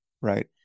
Right